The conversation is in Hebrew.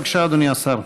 בבקשה, אדוני השר.